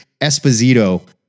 Esposito